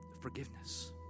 Forgiveness